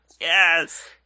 Yes